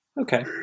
Okay